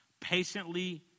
patiently